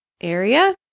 area